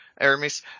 Aramis